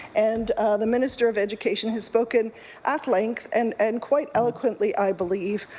and the minister of education has spoken at length and and quite eloquently, i believe,